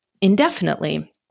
indefinitely